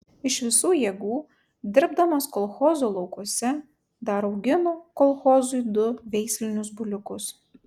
iš visų jėgų dirbdamas kolchozo laukuose dar augino kolchozui du veislinius buliukus